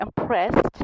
impressed